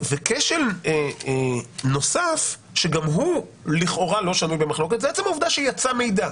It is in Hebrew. כשל נוסף שגם הוא לכאורה לא שנוי במחלוקת זה עצם העובדה שיצא מידע.